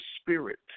spirit